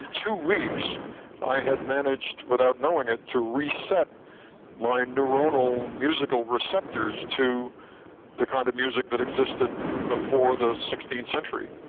two weeks i had managed without knowing it to reset my neuronal musical receptors to the kind of music that existed before the sixteenth century.